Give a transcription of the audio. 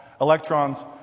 Electrons